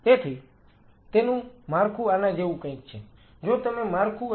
Refer Slide Time 1316 તેથી તેનું માળખું આના જેવું કંઈક છે જો તમે માળખું અને મગજ જુઓ